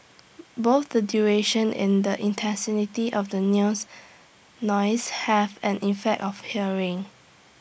both the duration and the of the noise have an effect of hearing